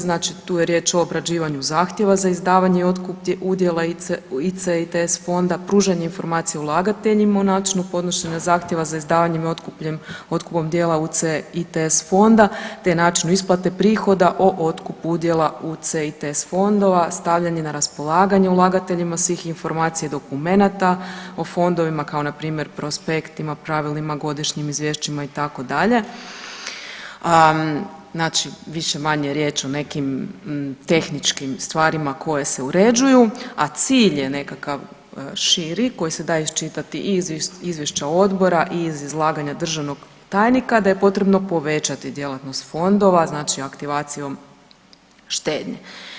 Znači tu je riječ o obrađivanju zahtjeva za izdavanje i otkup udjela CITS-a fonda, pružanje informacije ulagateljima o načinu podnošenja za izdavanjem i otkupom djela u CITS fonda te načinu isplate prihoda o otkupu udjela u CITS fondova, stavljanje na raspolaganje ulagateljima svih informacija, dokumenata o fondovima kao np. proskept ima … godišnjim izvješćima itd., znači više-manje je riječ o nekim tehničkim stvarima koje se uređuju a cilj je nekakav širi koji +e daje iščitati i izvješća odbora i izlaganja državnog tajnika, da je potrebno povećati djelatnost fondova, znači aktivacijom štednje.